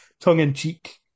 tongue-in-cheek